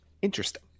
Interesting